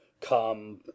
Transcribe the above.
Come